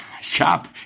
shop